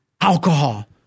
alcohol